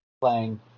playing